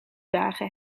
dagen